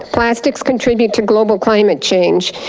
plastic contribute to global climate change.